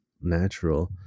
natural